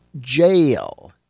jail